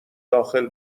داخل